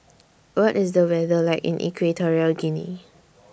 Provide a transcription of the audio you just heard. What IS The weather like in Equatorial Guinea